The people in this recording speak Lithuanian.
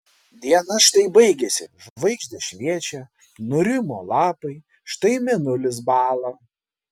diena štai baigėsi žvaigždės šviečia nurimo lapai štai mėnulis bąla